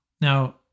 Now